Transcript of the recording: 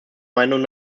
meinung